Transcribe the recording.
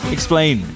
Explain